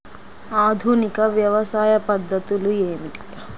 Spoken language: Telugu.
ఆధునిక వ్యవసాయ పద్ధతులు ఏమిటి?